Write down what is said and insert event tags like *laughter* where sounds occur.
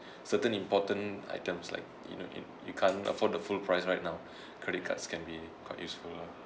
certain important items like you know you you can't afford the full price right now *breath* credit cards can be quite useful lah